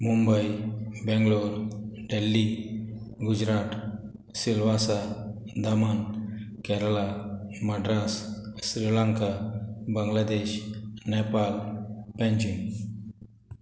Mumbai Bangalore Delhi Gujarat Silvassa Daman Kerala Madras Sri Lanka Bangladesh Nepal Panjim